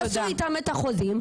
יעשו איתם את החוזה,